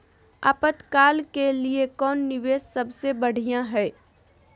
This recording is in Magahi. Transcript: आपातकाल के लिए कौन निवेस सबसे बढ़िया है?